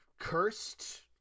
cursed